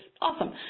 awesome